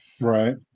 Right